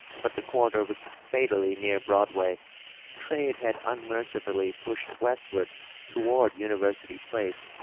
but the quarter was fatally near broadway trade had unmercifully pushed westward toward university place,